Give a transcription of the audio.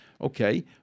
Okay